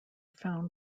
found